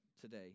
today